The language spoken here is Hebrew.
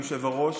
אדוני היושב-ראש,